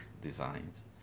designs